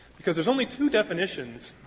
because there's only two definitions,